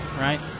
right